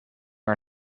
are